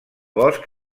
bosc